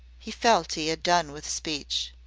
he felt he had done with speech.